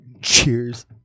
cheers